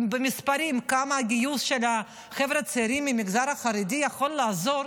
כמה הגיוס של החבר'ה הצעירים מהמגזר החרדי יכול לעזור